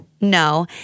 no